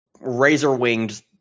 razor-winged